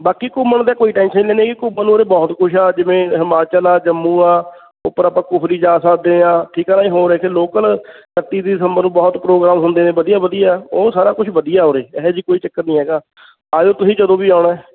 ਬਾਕੀ ਘੁੰਮਣ ਦੇ ਕੋਈ ਟੈਂਸ਼ਨ ਨਹੀਂ ਲੈਣੀ ਹੈਗੀ ਘੁੰਮਣ ਨੂੰ ਉਰੇ ਬਹੁਤ ਕੁਛ ਆ ਜਿਵੇਂ ਹਿਮਾਚਲ ਆ ਜੰਮੂ ਆ ਉੱਪਰ ਆਪਾਂ ਕੁਫਰੀ ਜਾ ਸਕਦੇ ਹਾਂ ਠੀਕ ਆ ਨਾ ਹੋਰ ਇੱਥੇ ਲੋਕਲ ਇਕੱਤੀ ਦਿਸੰਬਰ ਨੂੰ ਬਹੁਤ ਪ੍ਰੋਗਰਾਮ ਹੁੰਦੇ ਨੇ ਵਧੀਆ ਵਧੀਆ ਉਹ ਸਾਰਾ ਕੁਛ ਵਧੀਆ ਉਰੇ ਇਹੋ ਜਿਹੀ ਕੋਈ ਚੱਕਰ ਨਹੀਂ ਹੈਗਾ ਆਜੋ ਤੁਸੀਂ ਜਦੋਂ ਵੀ ਆਉਣਾ